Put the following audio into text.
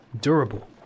Durable